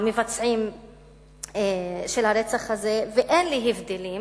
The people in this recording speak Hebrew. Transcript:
המבצעים של הרצח הזה, ואין לי ההבדלים